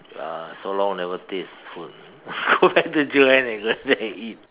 uh so long never taste food go back to Joanne and go there and eat